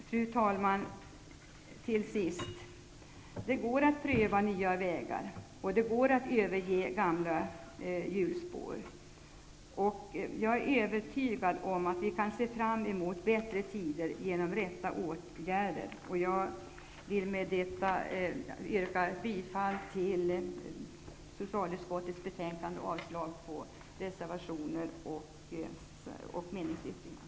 Fru talman! Det går att pröva nya vägar, och det går att överge gamla hjulspår. Jag är övertygad om att vi kan se fram emot bättre tider genom de rätta åtgärderna. Jag vill med detta yrka bifall till socialutskottets hemställan och avslag på reservationerna och meningsyttringen.